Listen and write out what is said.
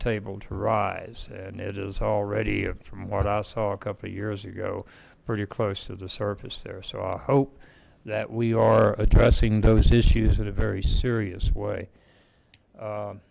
table to rise and it is already of from what i saw a couple years ago pretty close to the surface there so i hope that we are addressing those issues at a very serious way